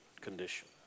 condition